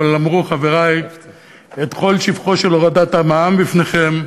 אבל אמרו חברי את כל שבחה של הורדת המע"מ בפניכם,